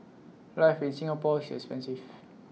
life in Singapore is expensive